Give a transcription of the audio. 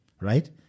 right